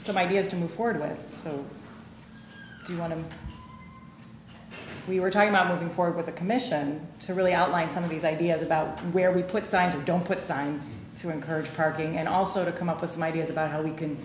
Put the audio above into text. some ideas to move forward so we want to we were talking about moving forward with the commission to really outline some of these ideas about where we put science we don't put signs to encourage parking and also to come up with some ideas about how we can